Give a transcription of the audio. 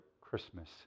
Christmas